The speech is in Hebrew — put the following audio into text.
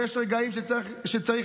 ויש רגעים שצריך,